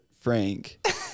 Frank